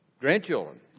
grandchildren